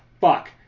Fuck